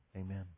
Amen